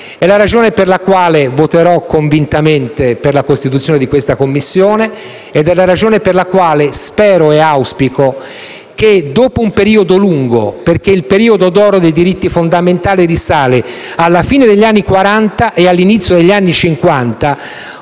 è la ragione per la quale voterò convintamente per la costituzione di questa Commissione ed è la ragione per la quale spero e auspico che, dopo un periodo lungo (perché il periodo d'oro dei diritti fondamentali risale alla fine degli anni Quaranta e all'inizio degli anni Cinquanta),